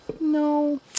No